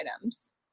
items